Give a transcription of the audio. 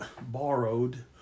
borrowed